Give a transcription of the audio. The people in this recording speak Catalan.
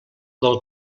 del